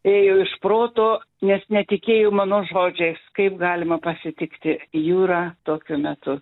ėjo iš proto nes netikėjo mano žodžiais kaip galima pasitikti jūrą tokiu metu